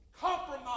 Compromise